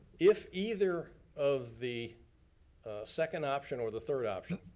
if either of the second option or the third option,